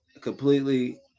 Completely